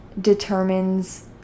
determines